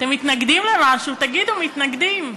אתם מתנגדים למשהו, תגידו: מתנגדים.